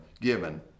given